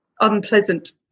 unpleasant